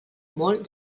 molt